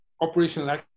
operational